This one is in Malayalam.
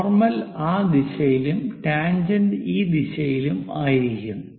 നോർമൽ ആ ദിശയിലും ടാൻജെന്റ് ഈ ദിശയിലുമായിരിക്കും